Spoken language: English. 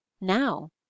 now